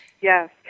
Yes